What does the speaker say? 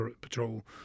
patrol